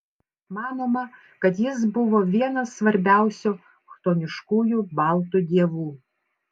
manoma kad jis buvo vienas svarbiausių chtoniškųjų baltų dievų